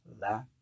La